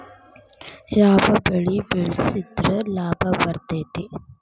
ಯಾವ ಬೆಳಿ ಬೆಳ್ಸಿದ್ರ ಲಾಭ ಬರತೇತಿ?